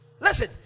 Listen